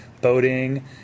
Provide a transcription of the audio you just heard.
boating